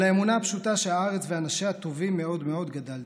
על האמונה פשוטה שהארץ ואנשיה טובים מאוד מאוד גדלתי,